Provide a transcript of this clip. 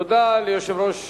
תודה ליושב-ראש